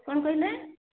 କ'ଣ କହିଲେ